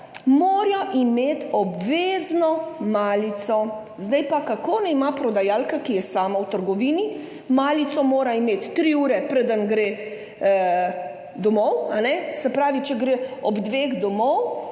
morata imeti obvezno malico. Kako naj ima prodajalka, ki je sama v trgovini, malico, ki jo mora imeti tri ure, preden gre domov, se pravi, če gre ob dveh ali